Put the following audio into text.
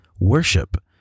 Worship